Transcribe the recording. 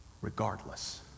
regardless